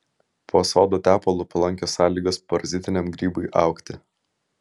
po sodo tepalu palankios sąlygos parazitiniam grybui augti